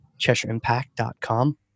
CheshireImpact.com